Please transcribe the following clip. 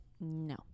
No